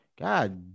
God